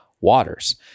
waters